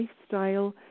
lifestyle